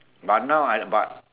but now I but